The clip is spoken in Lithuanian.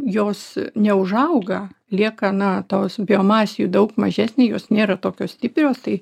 jos neužauga lieka na tos biomasė jų daug mažesnė jos nėra tokios stiprios tai